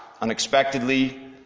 unexpectedly